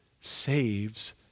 saves